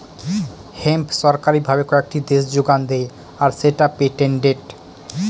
hemp সরকারি ভাবে কয়েকটি দেশে যোগান দেয় আর সেটা পেটেন্টেড